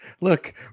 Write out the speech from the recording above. Look